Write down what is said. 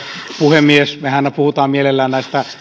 puhemies mehän aina puhumme mielellämme näistä